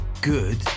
good